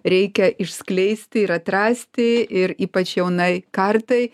reikia išskleisti ir atrasti ir ypač jaunai kartai